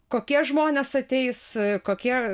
kokie žmonės ateis kokie